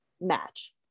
match